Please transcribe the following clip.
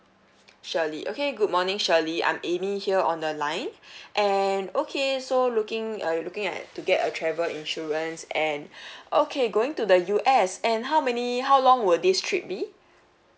shirley okay good morning shirley I'm amy here on the line and okay so looking uh you're looking at to get a travel insurance and okay going to the U_S and how many how long will this trip be